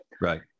Right